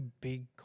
big